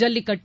jallikattu